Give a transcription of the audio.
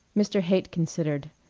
mr. haight considered.